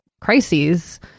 crises